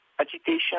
Agitation